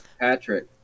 Patrick